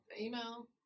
email